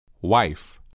wife